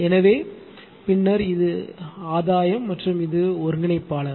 எனவே பின்னர் இது ஆதாயம் மற்றும் இது ஒருங்கிணைப்பாளர்